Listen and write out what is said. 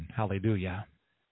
Hallelujah